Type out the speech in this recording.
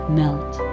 melt